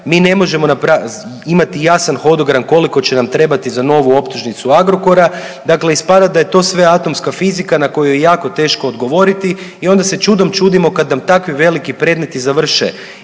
mi ne možemo imati jasan hodogram koliko će nam trebati za novu optužnicu Agrokora. Dakle, ispada da je to sve atomska fizika na koju je jako teško odgovoriti i onda se čudom čudimo kad nam takvi veliki predmeti završe